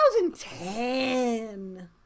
2010